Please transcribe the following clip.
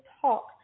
talk